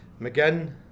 McGinn